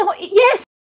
yes